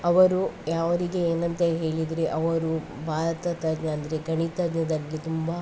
ಅವರು ಅವ್ರಿಗೆ ಏನಂತ ಹೇಳಿದರೆ ಅವರು ಭಾರತ ತಜ್ಞ ಅಂದರೆ ಗಣಿತಜ್ಞದಲ್ಲಿ ತುಂಬ